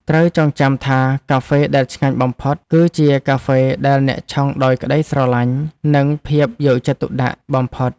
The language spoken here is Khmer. ត្រូវចងចាំថាកាហ្វេដែលឆ្ងាញ់បំផុត គឺកាហ្វេដែលអ្នកឆុងដោយក្ដីស្រឡាញ់ និងភាពយកចិត្តទុកដាក់បំផុត។